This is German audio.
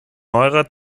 neuerer